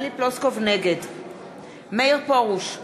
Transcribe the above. נגד מאיר פרוש,